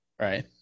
Right